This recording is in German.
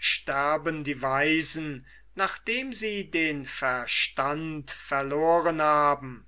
sterben die weisen nachdem sie den verstand verloren haben